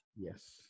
Yes